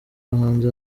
abahanzi